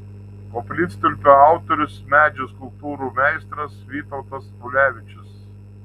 koplytstulpio autorius medžio skulptūrų meistras vytautas ulevičius